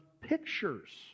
pictures